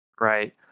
Right